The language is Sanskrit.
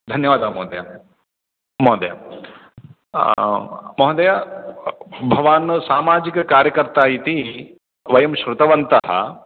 धन्यवादः महोदय महोदय महोदय भवान् सामाजिककार्यकर्ता इति वयं श्रुतवन्तः